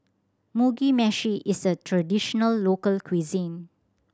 Mugi Meshi is a traditional local cuisine